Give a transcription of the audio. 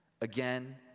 again